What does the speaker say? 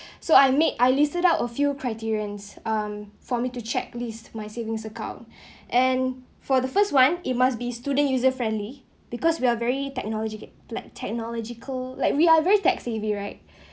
so I made I listed out a few criteria and um for me to checklist my savings account and for the first one it must be student user friendly because we are very technologies plague technological like we are very tech savvy right